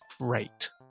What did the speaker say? great